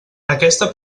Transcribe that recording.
aquesta